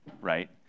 right